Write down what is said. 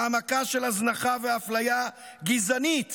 העמקה של הזנחה ואפליה גזענית